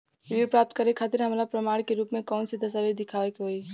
ऋण प्राप्त करे के खातिर हमरा प्रमाण के रूप में कउन से दस्तावेज़ दिखावे के होइ?